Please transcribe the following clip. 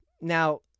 Now